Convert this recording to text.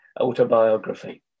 autobiography